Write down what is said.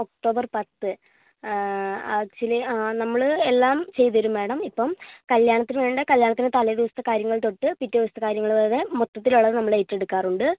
October പത്ത് actually നമ്മൾ എല്ലാം ചെയ്ത് തരും മേഡം ഇപ്പം കല്യാണത്തിന് വേണ്ട കല്യാണത്തിൻ്റെ തലേ ദിവസത്തെ കാര്യങ്ങൾ തൊട്ട് പിറ്റേ ദിവസത്തെ കാര്യങ്ങൾ വരെ മൊത്തത്തിലുള്ളത് നമ്മൾ ഏറ്റെടുക്കാറുണ്ട്